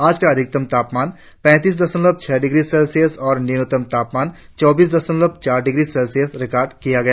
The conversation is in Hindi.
आज का अधिकतम तापमान तैतीस दशमलव छह डिग्री सेल्सियस और न्यूनतम तापमान चौबीस दशमलव चार डिग्री सेल्सियस रिकार्ड किया गया